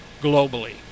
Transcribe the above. globally